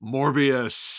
Morbius